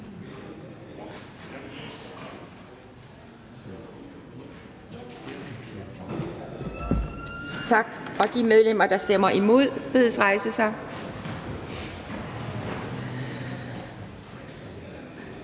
Tak. De medlemmer, der stemmer imod, bedes rejse sig.